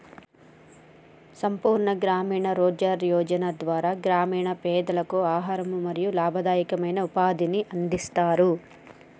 సంపూర్ణ గ్రామీణ రోజ్గార్ యోజన ద్వారా గ్రామీణ పేదలకు ఆహారం మరియు లాభదాయకమైన ఉపాధిని అందిస్తరు